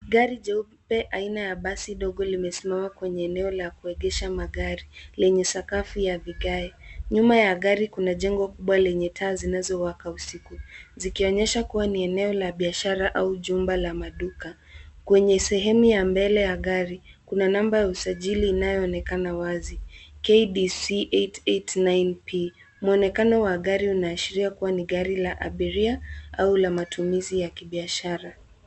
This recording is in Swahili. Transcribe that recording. Gari jeupe ya aina ya basi dogo limesimama kwenye eneo la kuegesha magari lenye sakafu ya vigae ,nyuma ya gari kuna jengo kubwa lenye taa zinazowaka usiku zikionyesha kuwa ni eneo la biashara au jumba la maduka, kwenye sehemu ya mbele ya gari kuna namba ya usajili inayoonekana wazi[ KDC889P] muonekano wa gari unaashiria kuwa ni gari la abiria au la matumizi ya kibiashara.